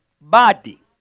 body